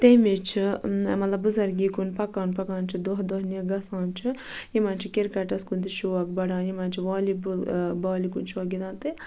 تٔمِس چھُ مطلب بُزرگی کُن پَکان پکان چھُ دۄہ دۄہ گَژھان چھُ یِمَن چھُ کِرکَٹَس کُن تہِ شوق بَڑان یِمَن چھُ والی بال بالہِ کُن شوق گِندان تہٕ